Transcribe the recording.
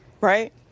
right